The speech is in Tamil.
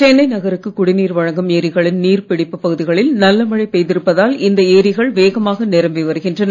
சென்னை நகருக்கு குடிநீர் வழங்கும் ஏரிகளின் நீர்ப் பிடிப்பு பகுதிகளில் நல்ல மழை பெய்து இருப்பதால் இந்த ஏரிகள் வேகமாக நிரம்பி வருகின்றன